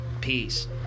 peace